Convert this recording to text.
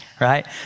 right